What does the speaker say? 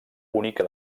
única